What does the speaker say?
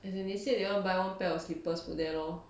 as in they say they want to buy one pair of slippers put there lor